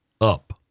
up